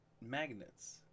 magnets